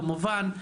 כמובן,